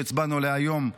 שהצבענו עליה היום בלילה.